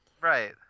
right